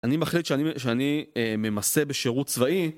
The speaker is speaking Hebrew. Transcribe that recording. אני מחליט שאני ממסה בשירות צבאי